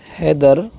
Haider